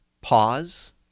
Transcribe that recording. pause